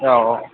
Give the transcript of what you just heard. औ